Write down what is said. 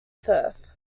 firth